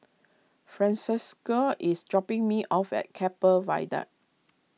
Francesca is dropping me off at Keppel Viaduct